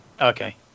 Okay